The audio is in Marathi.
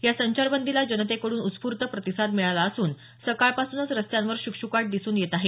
या संचारबंदीला जनतकेकडून उत्स्फूर्त प्रतिसाद मिळाला असून सकाळपासूनच रस्त्यांवर शुकशुकाट दिसून येत आहे